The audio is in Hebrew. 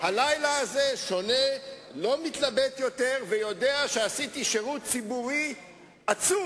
מפלגת העבודה עם המפד"ל וישראל ביתנו.